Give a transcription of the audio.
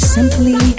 Simply